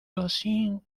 voisines